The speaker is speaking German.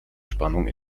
spannung